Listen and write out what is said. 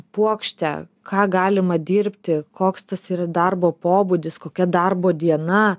puokštę ką galima dirbti koks tas yra darbo pobūdis kokia darbo diena